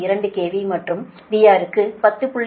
2 KV மற்றும் VR க்கு 10